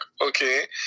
okay